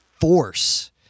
force